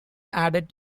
added